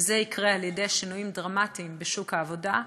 וזה יקרה על-ידי שינויים דרמטיים בשוק העבודה,